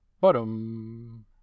bottom